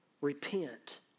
repent